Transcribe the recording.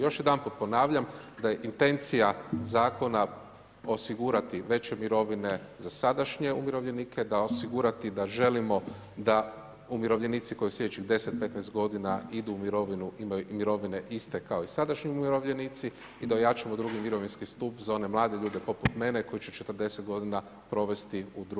Još jedanput ponavljam da je intencija zakona osigurati veće mirovine za sadašnje umirovljenike, da osigurati da želimo umirovljenici koji sljedećih 10, 15 godina idu u mirovinu imaju mirovine iste kao i sadašnji umirovljenici i da ojačamo drugi mirovinski stup za one mlade ljude poput mene koji će 40 godina provesti u II. mirovinskom stupu.